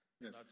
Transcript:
Yes